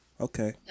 Okay